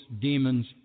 demons